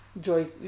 Joy